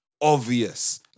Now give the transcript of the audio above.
obvious